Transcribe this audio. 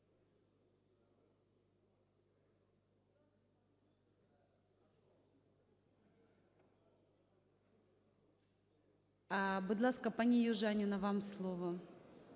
Будь ласка, пані Южаніна вам слово.